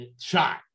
shot